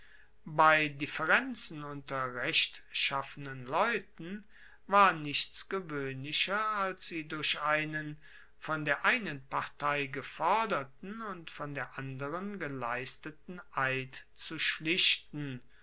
bei differenzen unter rechtschaffenen leuten war nichts gewoehnlicher als sie durch einen von der einen partei geforderten und von der anderen geleisteten eid zu schlichten